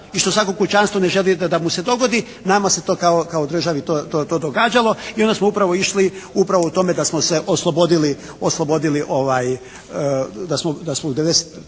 i što svaki kućanstvo ne želi da mu se dogodi nama se to kao državi to događalo. I onda smo upravo išli upravo u tome da smo se oslobodili, da smo preko